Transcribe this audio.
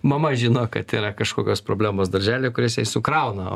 mama žino kad yra kažkokios problemos darželyje kurias jai sukrauna